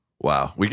Wow